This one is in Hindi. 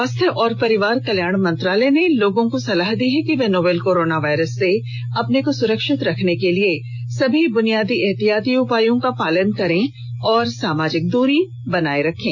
स्वास्थ्य और परिवार कल्याण मंत्रालय ने लोगों को सलाह दी है कि वे नोवल कोरोना वायरस से अपने को सुरक्षित रखने के लिए सभी बुनियादी एहतियाती उपायों का पालन करें और सामाजिक दूरी बनाए रखें